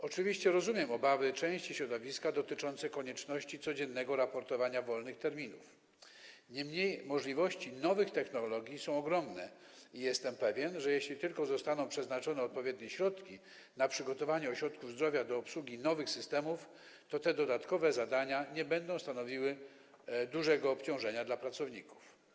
Oczywiście rozumiem obawy części środowiska dotyczące konieczności codziennego raportowania o wolnych terminach, niemniej możliwości nowych technologii są ogromne i jestem pewien, że jeśli tylko odpowiednie środki zostaną przeznaczone na przygotowanie ośrodków zdrowia do obsługi nowych systemów, to te dodatkowe zadania nie będą stanowiły dużego obciążenia dla pracowników.